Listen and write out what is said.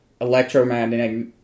electromagnetic